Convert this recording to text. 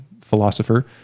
philosopher